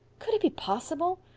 could it be possible?